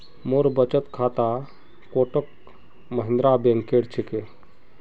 मोर बचत खाता कोटक महिंद्रा बैंकेर छिके